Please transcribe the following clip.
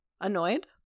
Annoyed